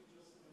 תעלי אותו עוד